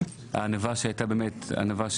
הייתה בו ענווה,